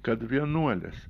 kad vienuolis